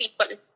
people